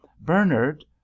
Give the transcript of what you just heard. bernard